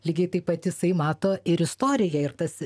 lygiai taip pat jisai mato ir istoriją ir tas